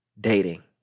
Dating